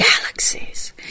Galaxies